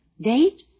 Date